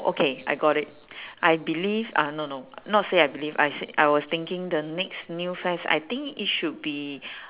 okay I got it I believe uh no no not say I believe I say I was thinking the next new fad I think it should be